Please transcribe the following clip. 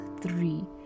three